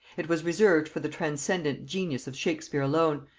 it was reserved for the transcendent genius of shakespeare alone,